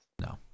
No